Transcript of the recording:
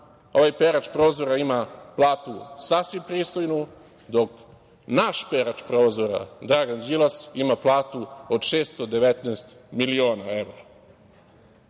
ovaj perač prozora ima platu sasvim pristojnu, dok naš perač prozora, Dragan Đilas, ima platu od 619 miliona evra. Skoro